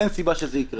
אין סיבה שזה יקרה.